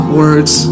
words